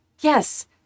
Yes